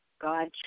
God